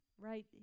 right